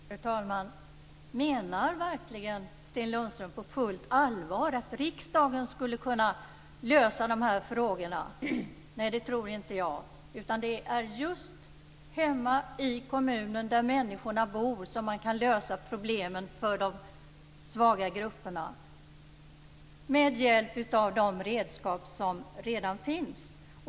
Fru talman! Menar verkligen Sten Lundström på fullt allvar att riksdagen skulle kunna lösa dessa problem? Nej, det tror inte jag. Det är i stället just hemma i kommunerna där människorna bor som man kan lösa problemen för de svaga grupperna med hjälp av de redskap som redan finns.